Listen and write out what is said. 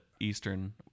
eastern